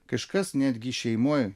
kažkas netgi šeimoj